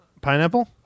pineapple